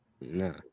No